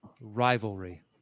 rivalry